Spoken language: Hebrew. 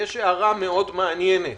בדוח יש הערה מאוד מעניינת,